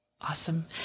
Awesome